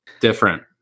different